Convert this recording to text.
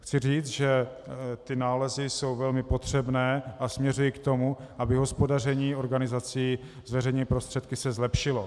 Chci říct, že ty nálezy jsou velmi potřebné a směřují k tomu, aby hospodaření organizací s veřejnými prostředky se zlepšilo.